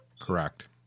Correct